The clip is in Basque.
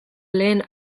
lehen